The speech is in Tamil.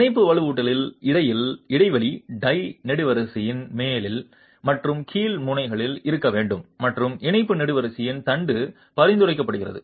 இணைப்பு வலுவூட்டலின் இடைவெளி டை நெடுவரிசையின் மேல் மற்றும் கீழ் முனைகளில் இருக்க வேண்டும் மற்றும் இணைப்பு நெடுவரிசையின் தண்டு பரிந்துரைக்கப்படுகிறது